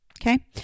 Okay